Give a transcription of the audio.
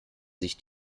sich